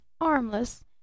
armless